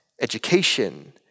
education